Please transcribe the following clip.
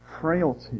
frailty